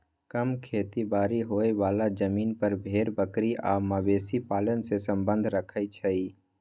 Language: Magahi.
कम खेती बारी होय बला जमिन पर भेड़ बकरी आ मवेशी पालन से सम्बन्ध रखई छइ